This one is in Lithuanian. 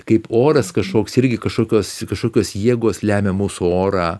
kaip oras kažkoks irgi kažkokios kažkokios jėgos lemia mūsų orą